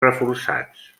reforçats